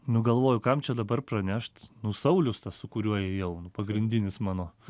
nu galvoju kam čia dabar pranešt nu saulius tas su kuriuo ėjau nu pagrindinis mano